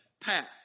path